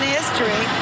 history